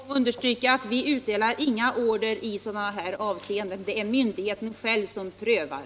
Herr talman! Jag vill bara en än gång understryka att vi inte utdelar order i sådana här avseenden. Det är myndigheten själv som prövar.